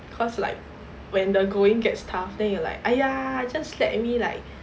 cause like when the going gets tough then you are like !aiya! just let me like